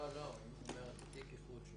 לא לא, אם את אומרת תיק איחוד 3%,